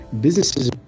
businesses